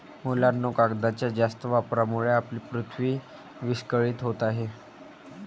मुलांनो, कागदाच्या जास्त वापरामुळे आपली पृथ्वी विस्कळीत होत आहे